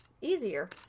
easier